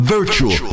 Virtual